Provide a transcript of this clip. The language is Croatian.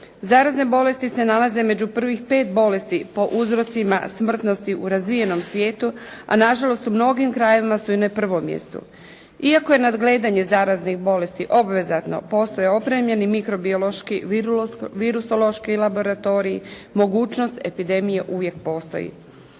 Zarazne bolesti se nalaze među prvih pet bolesti po uzrocima smrtnosti u razvijenom svijetu, a nažalost u mnogim krajevima su i na prvom mjestu. Iako je nadgledanje zaraznih bolesti obvezatno, postoje opremljeni mikrobiološki, virusološki laboratoriji mogućnost epidemije uvijek postoji.